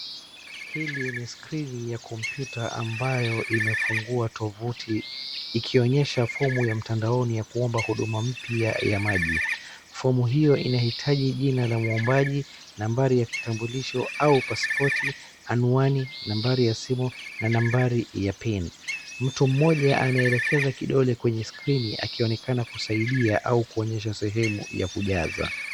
Hii ni skrini ya kompyuta ambayo imefungua tovuti, ikionyesha fomu ya mtandaoni ya kuomba huduma mpya ya maji. Fomu hiyo inahitaji jina la mwombaji, nambari ya kitambulisho au paspoti, anwani, nambari ya simu, na nambari ya pin . Mtu mmoja anaelekeza kidole kwenye skrini akionekana kusaidia au kuonyesha sehemu ya kujaza.